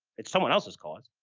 it's someone else's cause,